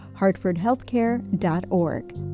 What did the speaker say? HartfordHealthCare.org